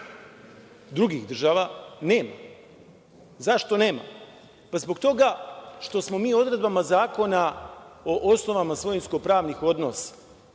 drugih država nema. Zašto nema? Zbog toga što smo mi u odredbama Zakona o osnovama svojinsko-pravnih odnosa,